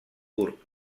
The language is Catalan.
curt